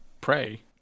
pray